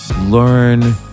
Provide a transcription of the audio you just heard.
learn